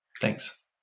Thanks